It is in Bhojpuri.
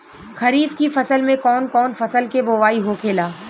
खरीफ की फसल में कौन कौन फसल के बोवाई होखेला?